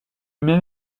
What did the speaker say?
même